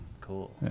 Cool